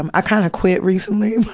um i kind of quit recently.